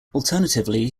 alternatively